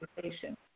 conversation